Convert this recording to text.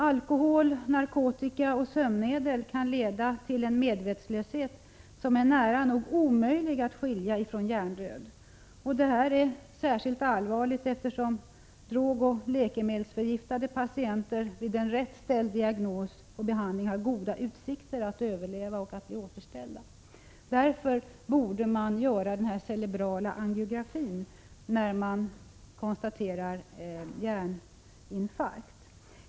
Alkohol, narkotika och sömnmedel kan leda till en medvetslöshet som nära nog är omöjlig att skilja från diagnosen hjärndöd. Det är särskilt allvarligt, eftersom drogoch läkemedelsförgiftade patienter vid rätt ställd diagnos och behandling har goda utsikter att överleva och bli återställda. Därför borde den s.k. cerebrala angiografin utföras när hjärninfarkt konstateras.